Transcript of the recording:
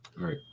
right